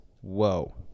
Whoa